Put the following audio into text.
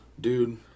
Dude